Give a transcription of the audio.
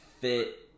fit